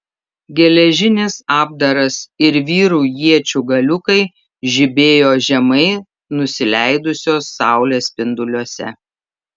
geležinis apdaras ir vyrų iečių galiukai žibėjo žemai nusileidusios saulės spinduliuose